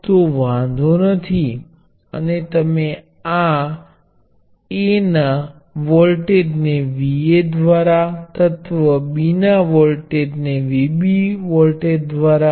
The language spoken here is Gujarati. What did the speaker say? આનાથી તે સ્પષ્ટ છે કે જો તમારી પાસે શ્રેણીમાં n રેઝિસ્ટર છે તો RN એ ફક્ત એક જ રેઝિસ્ટર ની સમકક્ષ છે જેના મૂલ્યો અવરોધનો સરવાળો છે